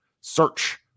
search